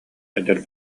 эдэр